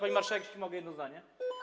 Pani marszałek, jeśli mogę jedno zdanie.